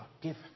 give